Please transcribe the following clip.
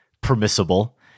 permissible